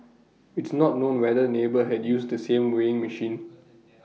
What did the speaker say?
it's not known whether neighbour had used the same weighing machine